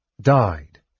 died